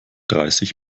dreißig